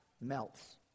melts